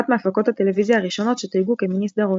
מהפקות הטלוויזיה הראשונות שתויגו כמיני סדרות.